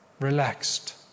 relaxed